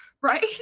right